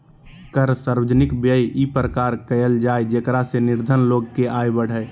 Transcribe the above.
कर सार्वजनिक व्यय इ प्रकार कयल जाय जेकरा से निर्धन लोग के आय बढ़य